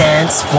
Dance